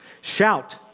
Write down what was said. Shout